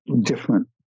different